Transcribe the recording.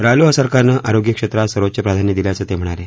रालोआ सरकारनं आरोग्यक्षेत्रात सर्वोच्च प्राधान्य दिल्याचं ते म्हणाले